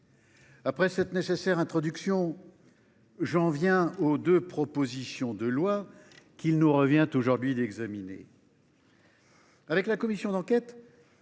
Après cette nécessaire introduction, j’en viens aux deux propositions de loi qu’il nous revient aujourd’hui d’examiner. Les travaux de la commission d’enquête